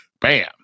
Bam